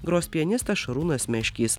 gros pianistas šarūnas meškys